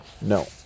no